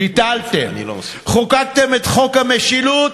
ביטלתם; חוקקתם את חוק המשילות,